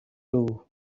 too